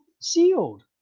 sealed